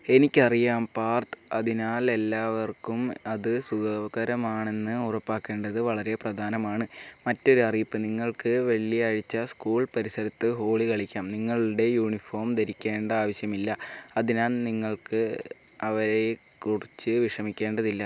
എനിക്ക് അറിയാം പാർഥ് അതിനാൽ എല്ലാവർക്കും അത് സുഖകരമാണെന്ന് ഉറപ്പാക്കേണ്ടത് വളരെ പ്രധാനമാണ് മറ്റൊരു അറിയിപ്പ് നിങ്ങൾക്ക് വെള്ളിയാഴ്ച സ്കൂൾ പരിസരത്ത് ഹോളി കളിക്കാം നിങ്ങളുടെ യൂണിഫോം ധരിക്കേണ്ട ആവശ്യമില്ല അതിനാൽ നിങ്ങൾക്ക് അവരെ കുറിച്ചു വിഷമിക്കേണ്ടതില്ല